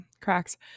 cracks